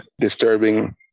disturbing